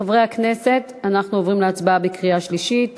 חברי הכנסת, אנחנו עוברים להצבעה בקריאה שלישית